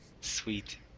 Sweet